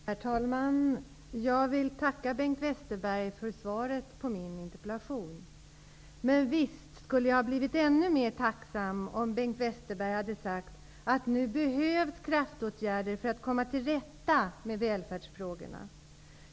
Herr talman! Jag tackar Bengt Westerberg för svaret på min interpellation. Men visst skulle jag ha varit ännu mera tacksam om Bengt Westerberg hade sagt att det nu behövs kraftåtgärder för att det skall gå att komma till rätta med välfärdsfrågorna.